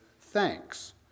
thanks